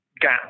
gap